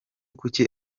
kuki